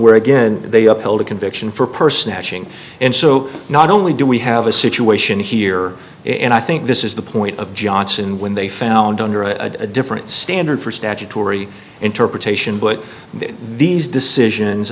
where again they upheld a conviction for person acting and so not only do we have a situation here and i think this is the point of johnson when they found under a different standard for statutory interpretation but that these decisions